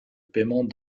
paiement